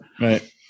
Right